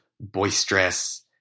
boisterous